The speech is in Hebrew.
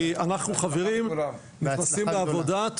אנחנו חברים נכנסים לעבודה,